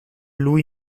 lui